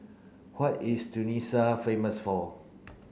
what is Tunisia famous for